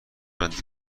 بندی